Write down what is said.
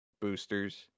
boosters